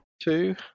Two